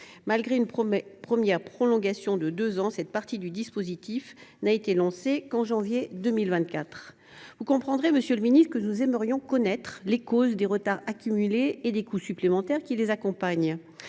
Malgré une première prolongation de deux ans, cette partie du dispositif n’a été lancée qu’en janvier 2024. Vous comprendrez, monsieur le ministre, que nous aimerions connaître les causes des retards accumulés et des coûts supplémentaires qui les accompagnent.